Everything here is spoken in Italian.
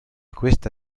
questa